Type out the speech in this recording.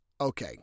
okay